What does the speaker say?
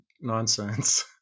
nonsense